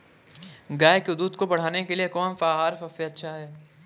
गाय के दूध को बढ़ाने के लिए कौनसा आहार सबसे अच्छा है?